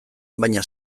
baina